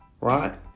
right